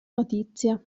notizia